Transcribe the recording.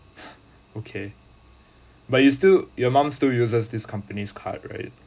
okay but you still your mum still uses these companies card right